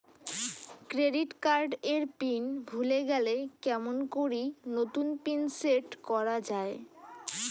Credit card এর pin ভুলে গেলে কেমন করি নতুন পিন সেট করা য়ায়?